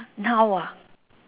noun ah